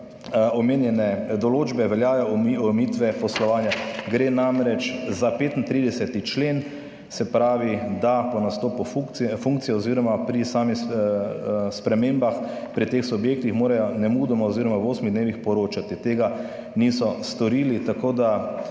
omenjene določbe veljajo omejitve poslovanja. Gre namreč za 35. člen, se pravi, da po nastopu funkcije, funkcije oz. pri samih spremembah pri teh subjektih morajo nemudoma oz. v osmih dnevih poročati. Tega niso storili. Oni,